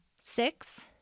Six